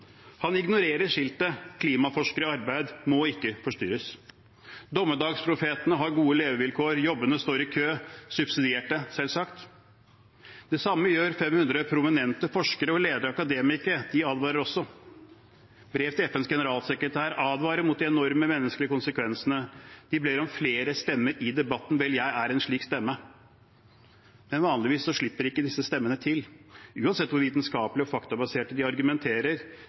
Han ignorerer skiltet «klimaforsker i arbeid, må ikke forstyrres». Dommedagsprofetene har gode levevilkår, jobbene står i kø – subsidierte, selvsagt. Det samme gjør 500 prominente forskere og ledende akademikere, de advarer også. Brev til FNs generalsekretær advarer mot de enorme menneskelige konsekvensene. De ber om flere stemmer i debatten. Vel, jeg er en slik stemme. Men vanligvis slipper ikke disse stemmene til, uansett hvor vitenskapelig og faktabasert de argumenterer.